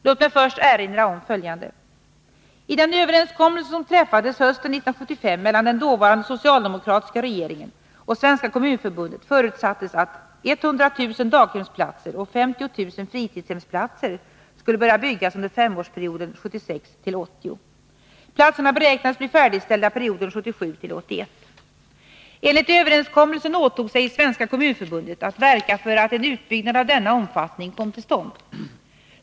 Låt mig först erinra om följande. Enligt överenskommelsen åtog sig Svenska kommunförbundet att verka för att en utbyggnad av denna omfattning kom till stånd.